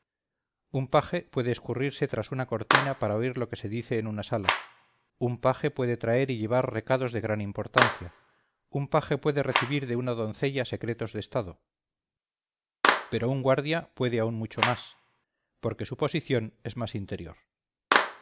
un paje puede escurrirse tras una cortina para oír lo que se dice en una sala un paje puede traer y llevar recados de gran importancia un paje puede recibir de una doncella secretos de estado pero un guardia puede aún mucho más porque su posición es más interior